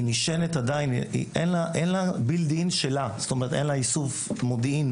היא נשענת עדיין, אין לה איסוף מודיעין,